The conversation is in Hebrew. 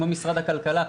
כמו משרד הכלכלה,